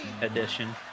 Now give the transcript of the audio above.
edition